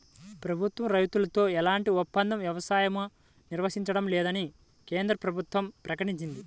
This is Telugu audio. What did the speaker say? ప్రభుత్వం రైతులతో ఎలాంటి ఒప్పంద వ్యవసాయమూ నిర్వహించడం లేదని కేంద్ర ప్రభుత్వం ప్రకటించింది